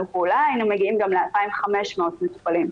פעולה היינו מגיעים גם ל-2,500 מטופלים,